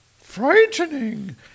frightening